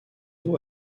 vous